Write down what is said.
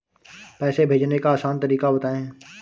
पैसे भेजने का आसान तरीका बताए?